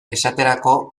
esaterako